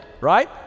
right